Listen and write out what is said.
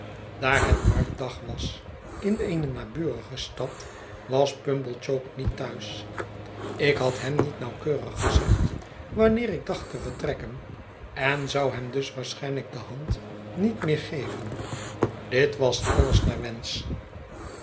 daar het marktdag was in eene naburige stad was pumblechook niet thuis ik had hem niet nauwkeurig gezegd wanneer ik dacht te vertrekken en zou hem dus waarschijnlijk de hand niet meer geven dit was alles naar wensch